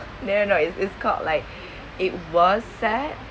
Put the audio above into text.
their noise is got like it was sad